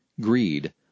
greed